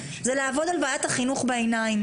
זה לעבוד על ועדת החינוך בעיניים,